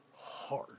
hard